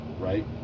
right